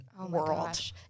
world